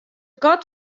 kat